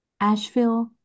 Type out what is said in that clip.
Asheville